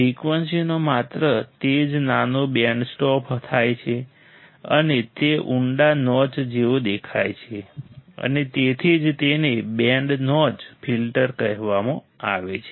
ફ્રિકવન્સીનો માત્ર તે જ નાનો બેન્ડ સ્ટોપ થાય છે અને તે ઊંડા નોચ જેવો દેખાય છે અને તેથી જ તેને બેન્ડ નોચ ફિલ્ટર કહેવામાં આવે છે